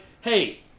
hey